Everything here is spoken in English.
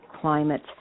climate